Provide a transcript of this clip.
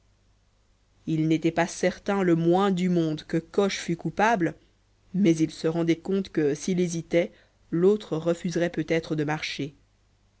il n'était pas certain le moins du monde que coche fût coupable mais il se rendait compte que s'il hésitait l'autre refuserait peut-être de marcher